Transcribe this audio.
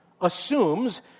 assumes